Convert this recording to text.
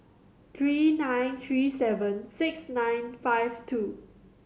three nine three seven six nine five two